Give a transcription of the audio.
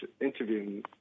interviewing